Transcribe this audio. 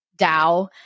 DAO